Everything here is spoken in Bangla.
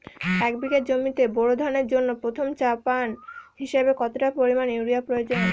এক বিঘা জমিতে বোরো ধানের জন্য প্রথম চাপান হিসাবে কতটা পরিমাণ ইউরিয়া প্রয়োজন?